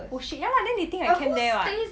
oh shit ya lah then they think I camp there [what]